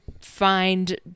find